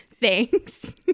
Thanks